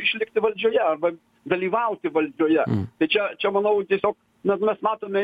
išlikti valdžioje arba dalyvauti valdžioje tai čia čia manau tiesiog ne mes matome